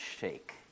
shake